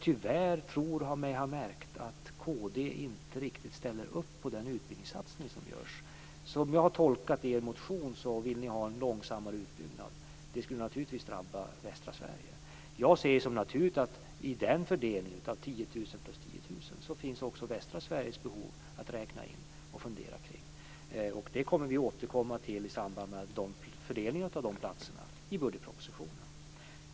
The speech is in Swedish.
Tyvärr tror jag mig ha märkt att Kristdemokraterna inte riktigt ställer upp på den utbildningssatsning som görs. Som jag har tolkat er motion vill ni ha en långsammare utbyggnad, vilket naturligtvis skulle drabba västra Sverige. I fördelningen av 10 000 plus 10 000 platser är det naturligt att också västra Sveriges behov finns med att fundera kring. Det återkommer vi till i samband med fördelningen av dessa platser i budgetpropositionen.